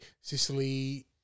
Sicily